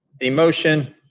a motion